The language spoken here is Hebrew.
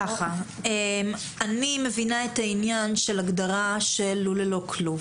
אני מבינה את העניין של הגדרה של לול ללא כלוב.